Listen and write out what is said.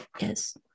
Yes